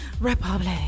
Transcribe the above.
Republic